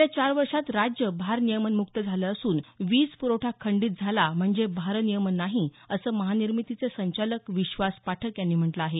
गेल्या चार वर्षात राज्य भारनियमन मुक्त झालं असून वीज पुरवठा खंडित झाला म्हणजे भारनियमन नाही असं महानिर्मितीचे संचालक विश्वास पाठक यांनी म्हटलं आहे